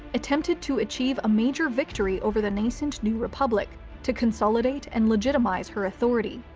attempted to achieve a major victory over the nascent new republic to consolidate and legitimize her authority,